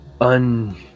un